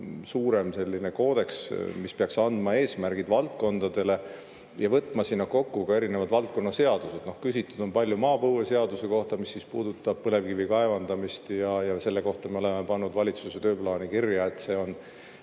suurem koodeks, mis peaks andma eesmärgid valdkondadele ja võtma kokku ka erinevad valdkonna seadused. Küsitud on palju maapõueseaduse kohta, mis puudutab põlevkivi kaevandamist, ja selle kohta me oleme pannud valitsuse tööplaani kirja, et see